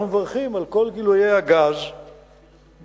אנחנו מברכים על כל גילויי הגז בישראל,